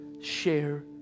Share